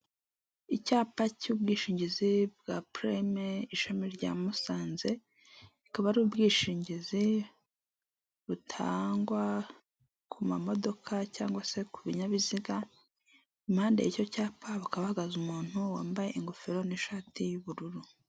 Icyapa cy'ubwishingizi bwa purayime ishami rya musanze rikaba ari ubwishingizi butangwa ku mamodoka cg se ku binyabiziga, impande y'icyo cyapa hakaba hahagaze umuntu wambaye ingofero n'ishati y'ubururu.